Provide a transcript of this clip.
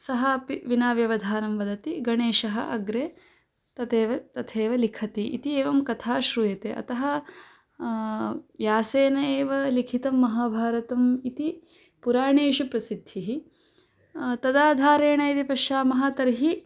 सः अपि विना व्यवधानं वदति गणेशः अग्रे तथैव तथैव लिखति इति एवं कथा श्रूयते अतः व्यासेन एव लिखितं महाभारतम् इति पुराणेषु प्रसिद्धिः तदाधारेण यदि पश्यामः तर्हि